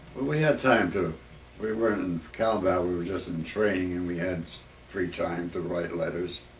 we had time to we weren't in combat. we were just in training and we had free time to write letters.